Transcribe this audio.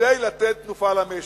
כדי לתת תנופה למשק.